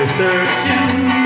Searching